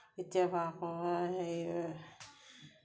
কেতিয়াবা আকৌ সেই